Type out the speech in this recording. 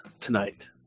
tonight